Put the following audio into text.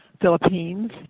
Philippines